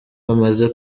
bamaze